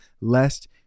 lest